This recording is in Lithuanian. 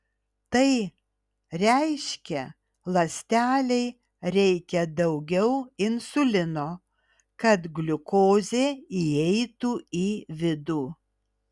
tai reiškia ląstelei reikia daugiau insulino kad gliukozė įeitų į vidų